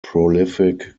prolific